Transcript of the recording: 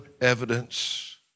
evidence